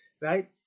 Right